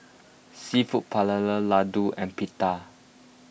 Seafood Paella Ladoo and Pita